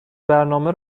برنامه